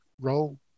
role